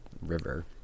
river